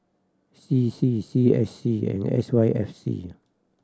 C C C S C and S Y F C